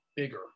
bigger